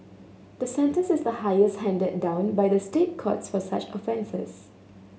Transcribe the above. the sentence is the highest handed down by the State Courts for such offences